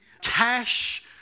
cash